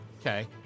Okay